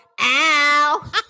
ow